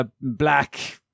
black